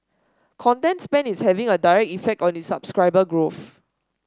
content spend is having a direct effect on its subscriber growth